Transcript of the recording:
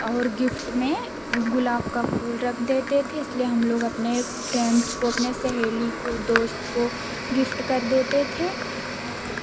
और गिफ्ट में गुलाब का फूल रख देते थे इसलिए हम लोग अपने फ्रेंड्स को अपने सहेली को दोस्त को गिफ्ट कर देते थे और